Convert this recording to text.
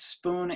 Spoon